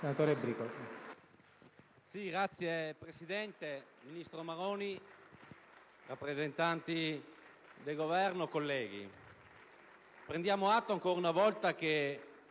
*(LNP)*. Signor Presidente, ministro Maroni, rappresentanti del Governo, colleghi, prendiamo atto ancora una volta che